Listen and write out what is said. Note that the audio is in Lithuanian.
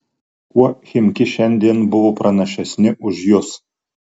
kuo chimki šiandien buvo pranašesni už jus